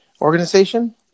organization